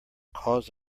cause